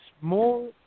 more